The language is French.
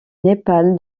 népal